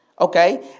okay